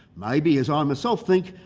maybe, as i myself think,